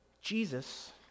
Jesus